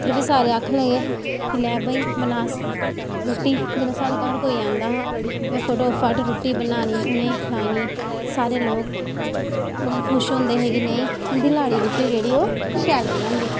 उत्थै बी सारे आखन लग्गे कि लै भाई बना रूट्टी जिसलै साढ़े घर कोई आंदा हा मैं फटोफट रूट्टी बनानी उ'नें गी खलानी सारे लोग खुश होंदे हे कि नेईं उं'दी लाड़ी रूट्टी जेह्ड़ी ऐ ओह् शैल बनांदी